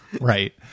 Right